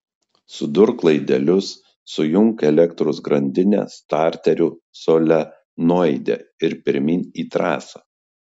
sudurk laidelius sujunk elektros grandinę starterio solenoide ir pirmyn į trasą